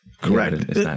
Correct